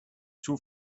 too